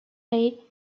rey